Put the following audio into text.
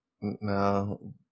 no